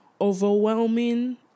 overwhelming